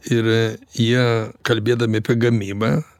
ir jie kalbėdami apie gamybą